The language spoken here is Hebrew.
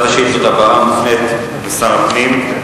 קבוצת השאילתות הבאה מופנית אל שר הפנים.